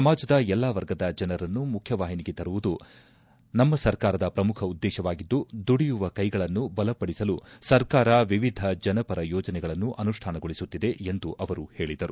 ಸಮಾಜದ ಎಲ್ಲಾ ವರ್ಗದ ಜನರನ್ನು ಮುಖ್ಯವಾಹಿನಿಗೆ ತರುವುದು ನಮ್ಮ ಸರ್ಕಾರದ ಪ್ರಮುಖ ಉದ್ದೇಶವಾಗಿದ್ದು ದುಡಿಯುವ ಕೈಗಳನ್ನು ಬಲಪಡಿಸಲು ಸರ್ಕಾರ ವಿವಿಧ ಜನಪರ ಯೋಜನೆಗಳನ್ನು ಅನುಷ್ಠಾನಗೊಳಿಸುತ್ತಿದೆ ಎಂದು ಅವರು ಅವರು ಹೇಳಿದರು